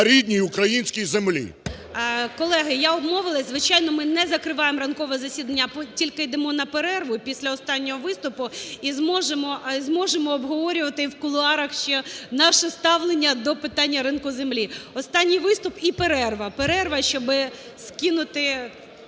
рідній українській землі. ГОЛОВУЮЧИЙ. Колеги, я обмовилась. Звичайно, ми не закриваємо ранкове засідання, а тільки йдемо на перерву після останнього виступу, і зможемо обговорювати і в кулуарах ще наше ставлення до питання ринку землі. Останні виступ і перерва, перерва, щоб скинути